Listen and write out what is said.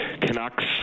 Canucks